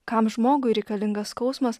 kam žmogui reikalingas skausmas